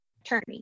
attorney